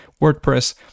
WordPress